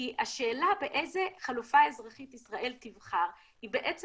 כי השאלה באיזו חלופה אזרחית ישראל תבחר היא בעצם